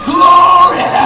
Glory